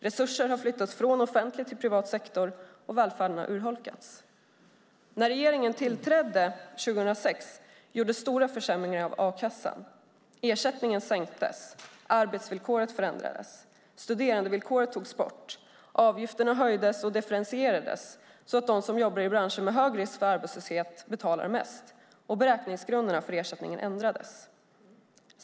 Resurser har flyttats från offentlig till privat sektor, och välfärden har urholkats. När regeringen tillträdde 2006 gjordes stora försämringar i a-kassan. Ersättningen sänktes, arbetsvillkoret förändrades, studerandevillkoret togs bort, avgifterna höjdes och differentierades så att de som jobbar i branscher med hög risk för arbetslöshet betalar mest och beräkningsgrunderna för ersättningen ändrades.